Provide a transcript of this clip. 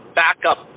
backup